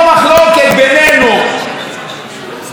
אין מחלוקת בינינו באשר לאופייה של